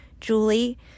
Julie